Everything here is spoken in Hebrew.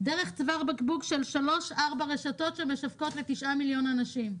דרך צוואר בקבוק של שלוש-ארבע רשתות שמוכרות לתשעה מיליון אנשים?